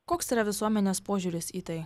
koks yra visuomenės požiūris į tai